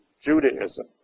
Judaism